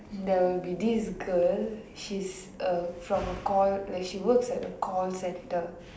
there will be this girl she's a from a call like she works at a call centre